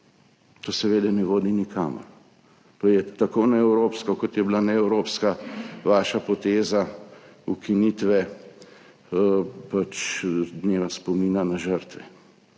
To seveda ne vodi nikamor. To je tako neevropsko, kot je bila neevropska vaša poteza ukinitve dneva spomina na žrtve,